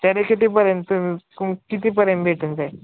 तरी कितीपर्यंत कितीपर्यंत भेटून जाईल